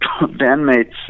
bandmates